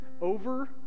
over